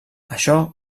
això